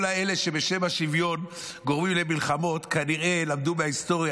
כל האלה שבשם השוויון גורמים למלחמות כנראה למדו מההיסטוריה,